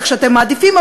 איך שאתם מעדיפים,